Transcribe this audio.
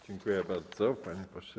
Dziękuję bardzo, panie pośle.